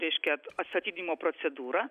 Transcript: reiškia at atstatydinimo procedūrą